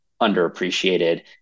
underappreciated